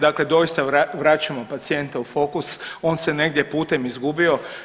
Dakle, doista vraćamo pacijenta u fokus, on se negdje putem izgubio.